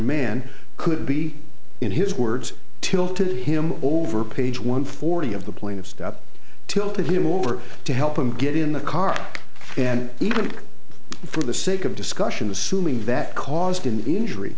man could be in his words tilt to him over page one forty of the plain of stuff tilted him over to help him get in the car and even for the sake of discussion assuming that caused an injury